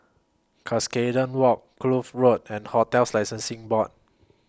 Cuscaden Walk Kloof Road and hotels Licensing Board